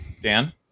Dan